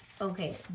Okay